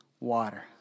water